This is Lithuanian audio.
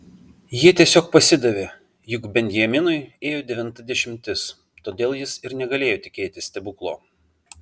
jie tiesiog pasidavė juk benjaminui ėjo devinta dešimtis todėl jis ir negalėjo tikėtis stebuklo